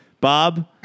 Bob